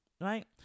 Right